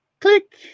click